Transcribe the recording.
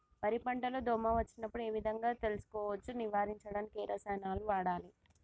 వరి పంట లో దోమ వచ్చినప్పుడు ఏ విధంగా తెలుసుకోవచ్చు? నివారించడానికి ఏ రసాయనాలు వాడాలి?